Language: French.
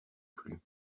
plu